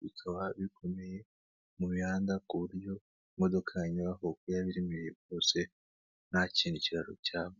bikaba bikomeye mu mihanda ku buryo imodoka yanyuraho uko yaba iremereye kose ntakintu icyiraro cyaba.